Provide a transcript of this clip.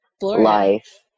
life